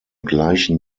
gleichen